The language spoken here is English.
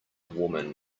woman